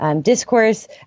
discourse